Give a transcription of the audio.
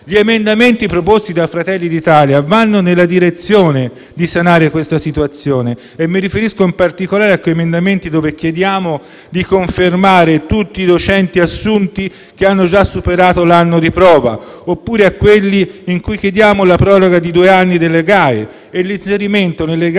Gli emendamenti proposti da Fratelli d'Italia vanno nella direzione di sanare questa situazione. Mi riferisco, in particolare, agli emendamenti con i quali chiediamo di confermare tutti i docenti assunti che hanno già superato l'anno di prova; oppure a quelli con cui chiediamo la proroga di due anni delle GAE e l'inserimento nelle GAE